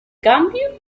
cambio